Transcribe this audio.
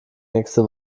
nächste